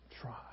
try